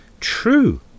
True